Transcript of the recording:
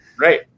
Right